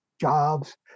jobs